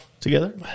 Together